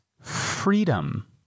Freedom